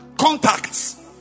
contacts